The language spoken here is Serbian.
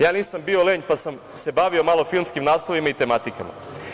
Ja nisam bio lenj, pa sam se bavio malo filmskim naslovima i tematikom.